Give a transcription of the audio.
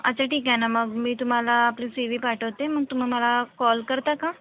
अच्छा ठीक आहे ना मग मी तुम्हाला आपली सी वी पाठवते मग तुम्ही मला कॉल करता का